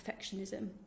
perfectionism